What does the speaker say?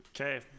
Okay